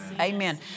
Amen